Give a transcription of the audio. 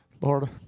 Lord